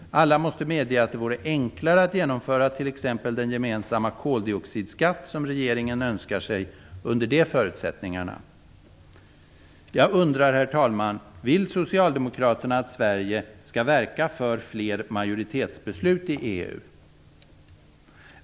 Alla måste medge att det vore enklare att genomföra t.ex. den gemensamma koldioxidskatt som regeringen önskar sig under de förutsättningarna. Jag undrar, herr talman: Vill socialdemokraterna att Sverige skall verka för fler majoritetsbeslut i EU?